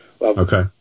Okay